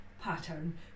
pattern